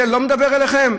זה לא מדבר אליכם?